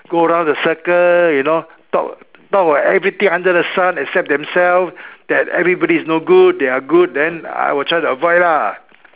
go around the circle you know talk talk about everything under the sun except themselves that everybody is no good they are good then I will try to avoid lah